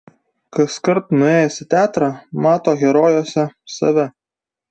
kaskart nuėjęs į teatrą mato herojuose save